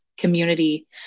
community